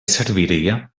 serviria